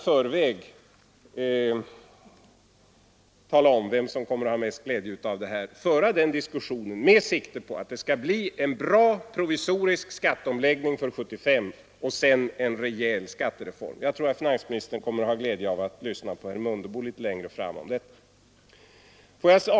Låt oss alltså föra diskussionen med sikte på en bra provisorisk skatteomläggning för år 1975 och därefter en rejäl skattereform. Jag tror att finansministern kommer att ha glädje av att lyssna på herr Mundebo litet längre fram.